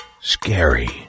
Scary